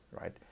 right